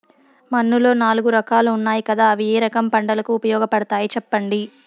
మన్నులో నాలుగు రకాలు ఉన్నాయి కదా అవి ఏ రకం పంటలకు ఉపయోగపడతాయి చెప్పండి?